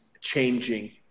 changing